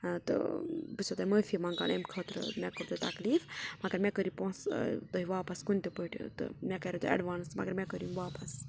ٲں تہٕ بہٕ چھسُو تۄہہِ معٲفِی منگان امہِ خٲطرٕ مےٚ کوٚر تۄہہِ تکلِیٖف مگر مےٚ کٔرِو پونٛسہٕ تُہۍ واپَس کُنہِ تہِ پٲٹھۍ تہٕ مےٚ کَرِیٚو تۄہہِ ایٚڈوانٕس مگر مےٚ کٔرِو یِم واپَس